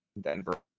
Denver